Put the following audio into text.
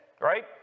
right